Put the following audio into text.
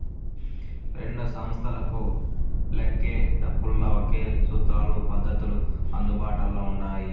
రెండు సంస్తలకు లెక్కేటపుల్ల ఒకే సూత్రాలు, పద్దతులు అందుబాట్ల ఉండాయి